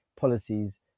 policies